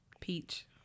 Peach